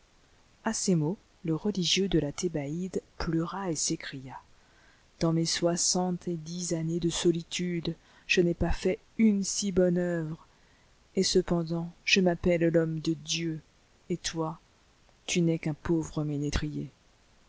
a ces mots le religieux de la thébaïde pleura et s'écria dans mes soixante et dix années de solitude je n'ai pas fait une si bonne œuvre et cependantjo m'appelle l'homme de dieu et toi tu n'es qu'un pauvre ménétriei